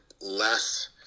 less